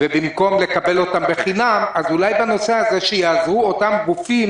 במקום לקבל אותן בחינם אז אולי יעזרו בנושא אותם גופים